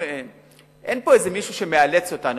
אין פה מישהו שמאלץ אותנו.